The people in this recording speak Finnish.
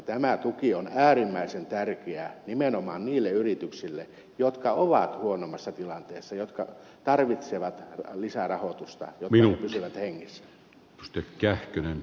tämä tuki on äärimmäisen tärkeää nimenomaan niille yrityksille jotka ovat huonommassa tilanteessa ja jotka tarvitsevat lisärahoitusta jotta ne pysyvät hengissä